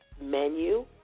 Menu